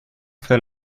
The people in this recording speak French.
fait